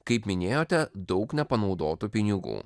kaip minėjote daug nepanaudotų pinigų